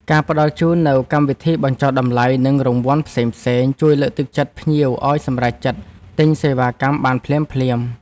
ការផ្តល់ជូននូវកម្មវិធីបញ្ចុះតម្លៃនិងរង្វាន់ផ្សេងៗ ជួយលើកទឹកចិត្តភ្ញៀវឱ្យសម្រេចចិត្តទិញសេវាកម្មបានភ្លាមៗ។